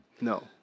No